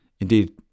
indeed